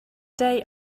day